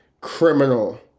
criminal